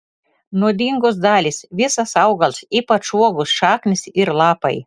nuodingos dalys visas augalas ypač uogos šaknys ir lapai